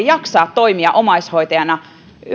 jaksaa toimia omaishoitajana